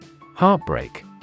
Heartbreak